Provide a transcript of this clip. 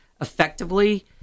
effectively